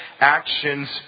actions